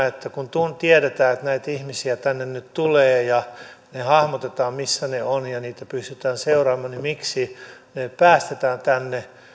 että kun tiedetään että näitä ihmisiä tänne nyt tulee ja hahmotetaan missä he ovat ja heitä pystytään seuraamaan niin mikä on se ajatus siinä miksi heidät päästetään tänne